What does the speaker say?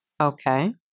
Okay